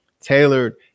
tailored